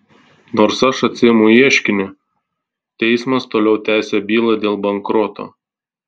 nors aš atsiimu ieškinį teismas toliau tęsia bylą dėl bankroto